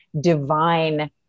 divine